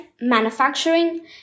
manufacturing